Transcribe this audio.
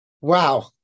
Wow